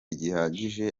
gihagije